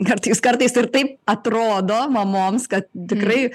kartais kartais ir taip atrodo mamoms kad tikrai